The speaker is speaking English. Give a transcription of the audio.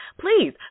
Please